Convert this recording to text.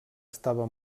estava